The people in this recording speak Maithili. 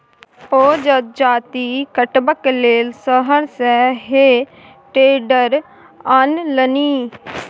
ओ जजाति कटबाक लेल शहर सँ हे टेडर आनलनि